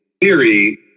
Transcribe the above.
theory